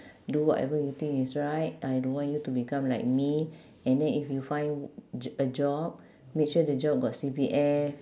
do whatever you think is right I don't want you to become like me and then if you find j~ a job make sure the job got C_P_F